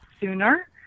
sooner